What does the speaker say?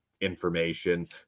information